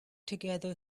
together